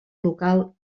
local